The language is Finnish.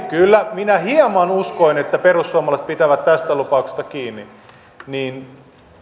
kyllä minä hieman uskoin että perussuomalaiset pitävät tästä lupauksesta kiinni